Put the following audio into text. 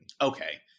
Okay